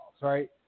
right